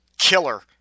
killer